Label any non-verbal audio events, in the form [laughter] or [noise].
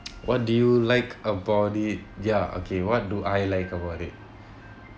[noise] what do you like about it ya okay what do I like about it